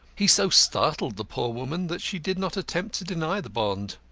he so startled the poor woman that she did not attempt to deny the bond.